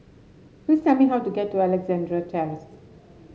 please tell me how to get to Alexandra Terrace